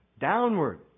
Downward